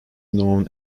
known